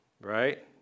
right